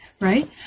right